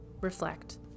Reflect